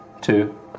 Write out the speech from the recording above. Two